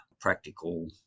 practical